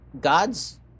God's